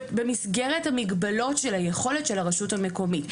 במסגרת המגבלות של היכולת של הרשות המקומית.